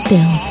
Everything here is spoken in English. Bill